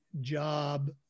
job